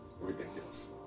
ridiculous